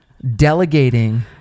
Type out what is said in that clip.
delegating